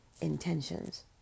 intentions